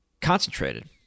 concentrated